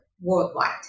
worldwide